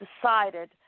decided